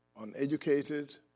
uneducated